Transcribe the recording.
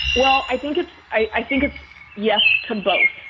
well, i think it's i think it's yes to both.